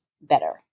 better